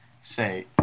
Say